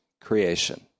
creation